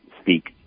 speak